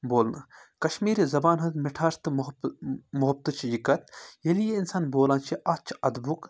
بولنہٕ کَشمیٖری زَبان ہٕنٛز مِٹھا تہٕ محبت مُحبتہٕ چھُ یہِ کَتھ ییٚلہِ یہِ اِنسان بولان چھِ اَتھ چھُ اَدبُک